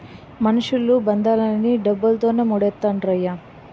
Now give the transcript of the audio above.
మనుషులు బంధాలన్నీ డబ్బుతోనే మూడేత్తండ్రయ్య